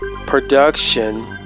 production